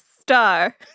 star